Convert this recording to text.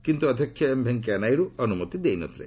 କିନ୍ତୁ ଅଧ୍ୟକ୍ଷ ଏମ୍ ଭେଙ୍କିୟା ନାଇଡୁ ଅନୁମତି ଦେଇ ନ ଥିଲେ